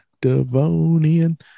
Devonian